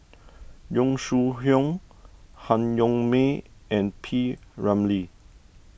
Yong Shu Hoong Han Yong May and P Ramlee